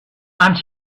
and